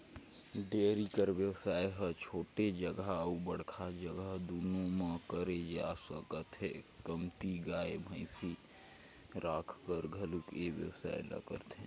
dairy कर बेवसाय ह छोटे जघा अउ बड़का जघा दूनो म करे जा सकत हे, कमती गाय, भइसी राखकर घलोक ए बेवसाय ल करथे